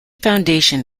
foundation